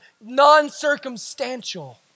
non-circumstantial